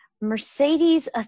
Mercedes